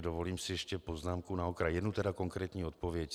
Dovolím si ještě poznámku na okraj a jednu konkrétní odpověď.